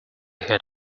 had